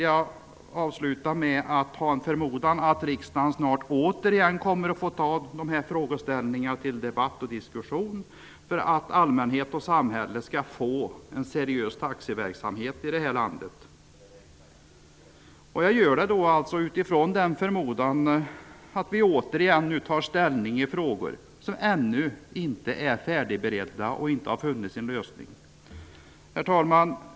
Jag avslutar med förmodan att riksdagen snart åter kommer att debattera dessa frågor för att allmänhet och samhälle skall få en seriös taxiverksamhet i det här landet. Det är frågor som ännu inte är färdigberedda och ännu inte fått sin lösning. Herr talman!